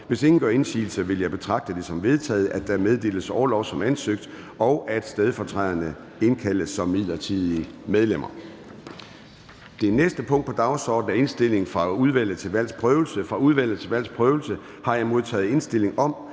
Hvis ingen gør indsigelse, vil jeg betragte det som vedtaget, at der meddeles orlov som ansøgt, og at stedfortræderne indkaldes som midlertidige medlemmer. Det er vedtaget. --- Det næste punkt på dagsordenen er: 4) Indstilling fra Udvalget til Valgs Prøvelse: Godkendelse af stedfortrædere som midlertidige